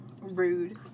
rude